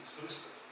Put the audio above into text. inclusive